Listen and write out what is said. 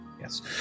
yes